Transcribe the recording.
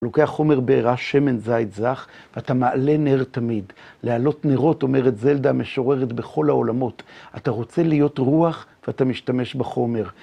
לוקח חומר בעירה, שמן זית זך, ואתה מעלה נר תמיד. להעלות נרות, אומרת זלדה, משוררת בכל העולמות. אתה רוצה להיות רוח, ואתה משתמש בחומר.